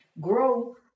Grow